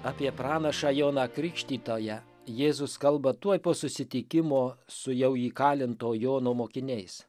apie pranašą joną krikštytoją jėzus kalba tuoj po susitikimo su jau įkalinto jono mokiniais